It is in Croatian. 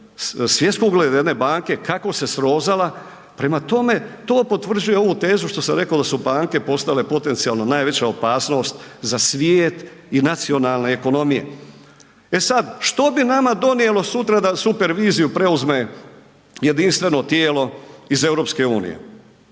svjetskog ugleda jedne banke kako se srozala. Prema tome, to potvrđuje ovu tezu što sam rekao da su banke postale potencijalno najveća opasnost za svijet i nacionalne ekonomije. E sad, što bi nama donijelo da superviziju preuzme jedinstveno tijelo iz EU?